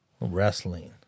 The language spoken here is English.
Wrestling